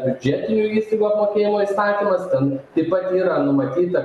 biudžetinių įstaigų apmokėjimo įsakymas ten taip pat yra numatyta